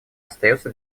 остается